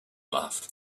laughed